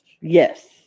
Yes